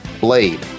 Blade